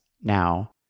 now